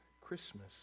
Christmas